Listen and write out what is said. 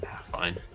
Fine